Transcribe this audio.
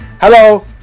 Hello